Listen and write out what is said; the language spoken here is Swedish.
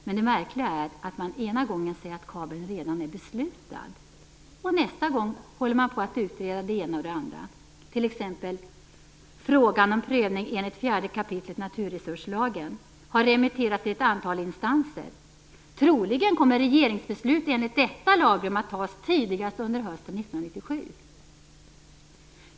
Men det märkliga är att man den ena gången säger att kabeln redan är beslutad och nästa gång att man håller på att utreda det ena och det andra. T.ex. har frågan om prövning enligt 4 kap. naturresurslagen remitterats till ett antal instanser. Troligen kommer ett regeringsbeslut enligt detta lagrum att fattas tidigast under hösten 1997.